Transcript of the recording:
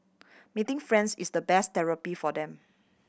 meeting friends is the best therapy for them